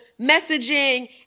messaging